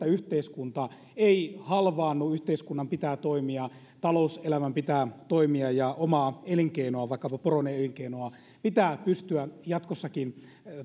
yhteiskunta ei halvaannu yhteiskunnan pitää toimia talouselämän pitää toimia ja omaa elinkeinoa vaikkapa poroelinkeinoa pitää pystyä jatkossakin